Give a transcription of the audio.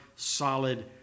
solid